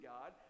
God